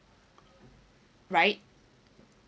right